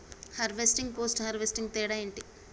Harvesting, post harvesting తేడా ఏంటి?